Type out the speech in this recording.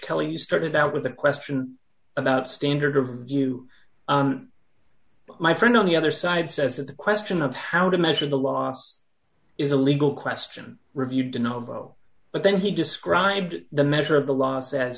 kelly started out with a question about standard of view my friend on the other side says that the question of how to measure the loss is a legal question reviewed a novel but then he described the measure of the law says